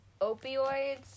opioids